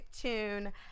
tune